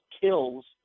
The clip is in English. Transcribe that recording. kills